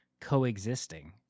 coexisting